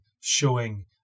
showing